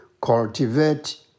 cultivate